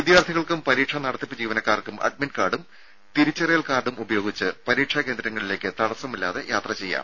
വിദ്യാർത്ഥികൾക്കും പരീക്ഷ നടത്തിപ്പ് ജീവനക്കാർക്കും അഡ്മിറ്റ് കാർഡും തിരിച്ചറിയൽ കാർഡും ഉപയോഗിച്ച് പരീക്ഷാ കേന്ദ്രങ്ങളിലേക്ക് തടസ്സമില്ലാതെ യാത്ര ചെയ്യാം